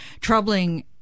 troubling